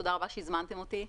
תודה רבה שהזמנתם אותי.